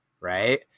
right